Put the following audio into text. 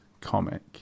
comic